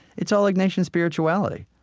it's all ignatian spirituality.